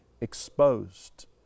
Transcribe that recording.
exposed